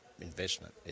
investment